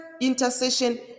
intercession